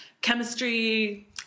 chemistry